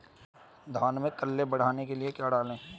धान में कल्ले बढ़ाने के लिए क्या डालें?